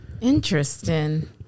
Interesting